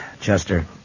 Chester